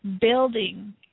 building